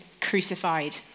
crucified